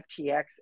ftx